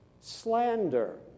Slander